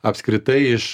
apskritai iš